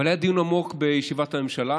אבל היה דיון עמוק בישיבת הממשלה,